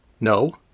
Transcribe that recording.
No